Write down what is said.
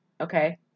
Okay